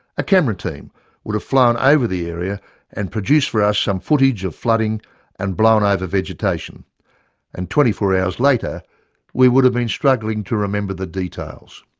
a camera team would have flown over the area and produced for us some footage of flooding and blown-over vegetation and twenty four hours later we would have been struggling to remember the details.